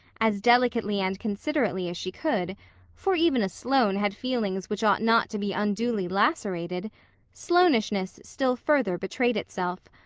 as delicately and considerately as she could for even a sloane had feelings which ought not to be unduly lacerated sloanishness still further betrayed itself.